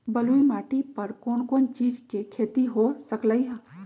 बलुई माटी पर कोन कोन चीज के खेती हो सकलई ह?